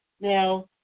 Now